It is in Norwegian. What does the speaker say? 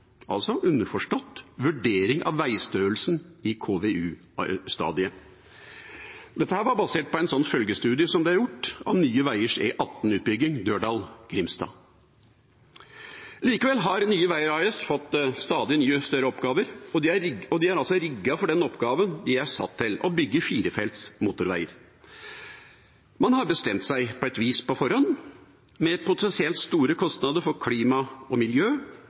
underforstått vurdering av veistørrelsen i KVU-stadiet. Dette var basert på en følgestudie som ble gjort av Nye Veiers E18-utbygging Dørdal–Grimstad. Likevel har Nye Veier AS fått stadig nye, større oppgaver, og de er altså rigget for den oppgaven de er satt til, å bygge firefelts motorveier. Man har bestemt seg, på et vis, på forhånd, med potensielt store kostnader for klima og miljø,